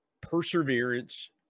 perseverance